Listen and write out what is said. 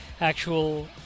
actual